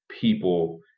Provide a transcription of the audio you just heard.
people